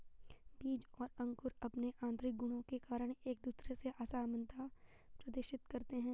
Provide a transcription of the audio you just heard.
बीज और अंकुर अंपने आतंरिक गुणों के कारण एक दूसरे से असामनता प्रदर्शित करते हैं